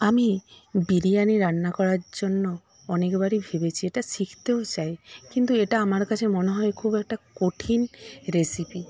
আমি বিরিয়ানি রান্না করার জন্য অনেকবারই ভেবেছি এটা শিখতেও চাই কিন্তু এটা আমার কাছে মনে হয় খুব একটা কঠিন রেসিপি